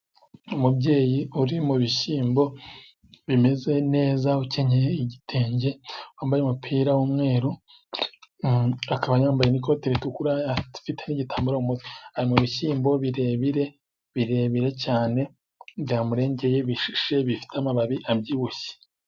Umubyeyi uri mu bishyimbo bimeze neza, ukenyeye igitenge, wambaye umupira w'umweru, akaba yambaye n'ikote ritukura, afite igitambaro mu mutwe, ari mu bishyimbo birebire cyane, byamurengeye, bishishe, bifite amababi abyibushye.